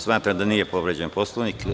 Smatram da nije povređen Poslovnik.